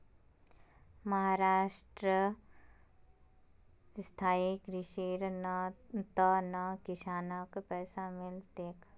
महाराष्ट्रत स्थायी कृषिर त न किसानक पैसा मिल तेक